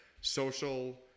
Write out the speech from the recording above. social